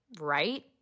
right